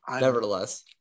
Nevertheless